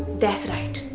that's right.